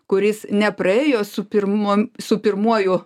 kuris nepraėjo su pirmu su pirmuoju